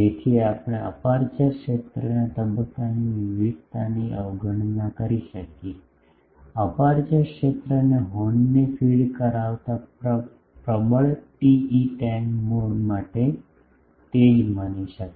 જેથી આપણે અપેરચ્યોર ક્ષેત્રમાં તબક્કાની વિવિધતાની અવગણના કરી શકીએ અપેરચ્યોર ક્ષેત્રને હોર્નને ફીડ કરાવતા પ્રબળ TE10 મોડ માટે તે જ માની શકાય